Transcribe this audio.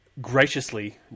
graciously